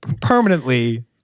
permanently